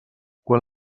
quan